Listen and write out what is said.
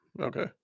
Okay